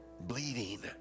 bleeding